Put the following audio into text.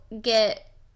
get